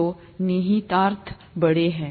तो निहितार्थ बड़े हैं